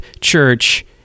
church